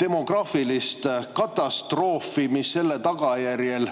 demograafilist katastroofi, mis selle tagajärjel